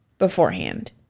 beforehand